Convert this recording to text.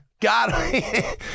God